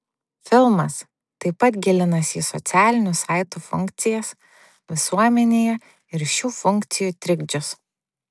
filmas taip pat gilinasi į socialinių saitų funkcijas visuomenėje ir šių funkcijų trikdžius